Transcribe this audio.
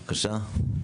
בבקשה.